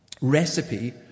recipe